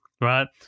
right